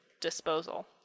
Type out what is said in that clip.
disposal